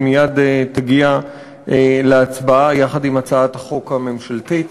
שמייד תגיע להצבעה יחד עם הצעת החוק הממשלתית.